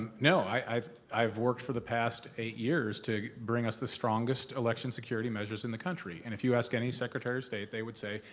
no, i've i've worked for the past eight years to bring us the strongest election security measures in the country and if you ask any secretary of state, they would say,